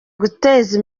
guteza